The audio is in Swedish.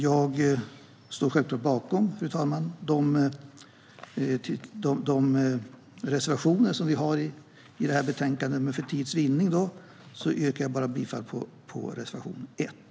Jag står självklart bakom alla de reservationer vi har i betänkandet, men för tids vinnande yrkar jag bifall bara till reservation 1.